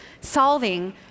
solving